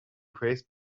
praised